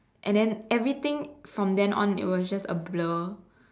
and then everything from then on it was just a blur